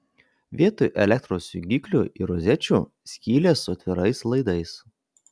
vietoj elektros jungiklių ir rozečių skylės su atvirais laidais